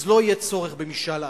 אז לא יהיה צורך במשאל עם.